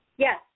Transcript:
Yes